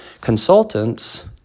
Consultants